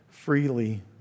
freely